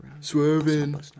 Swerving